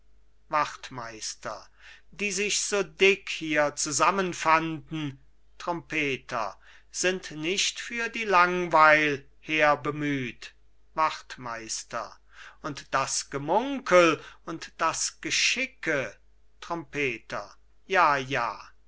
wachtmeister die sich so dick hier zusammenfanden trompeter sind nicht für die langweil herbemüht wachtmeister und das gemunkel und das geschicke trompeter ja ja